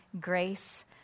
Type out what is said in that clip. grace